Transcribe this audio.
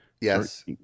Yes